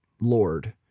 lord